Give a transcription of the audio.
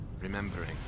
Remembering